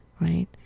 right